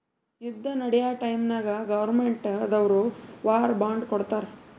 ಯುದ್ದ ನಡ್ಯಾ ಟೈಮ್ನಾಗ್ ಗೌರ್ಮೆಂಟ್ ದವ್ರು ವಾರ್ ಬಾಂಡ್ ಕೊಡ್ತಾರ್